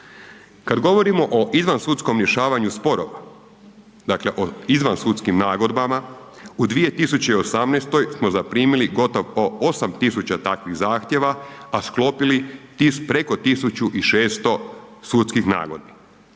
Kad govorimo o izvansudskom rješavanju sporova, dakle o izvansudskim nagodbama u 2018. smo zaprimili gotovo 8.000 takvih zahtjeva, a sklopili preko 1.600 sudskih nagodbi.